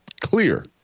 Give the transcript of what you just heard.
clear